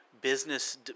business